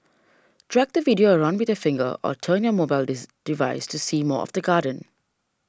drag the video around with your finger or turn your mobile device to see more of the garden